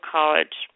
College